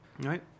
Right